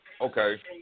okay